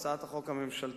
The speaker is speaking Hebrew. הצעת החוק הממשלתית,